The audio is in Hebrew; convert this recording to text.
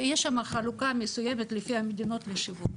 יש שם חלוקה מסוימת לפני המדינות לשיווק.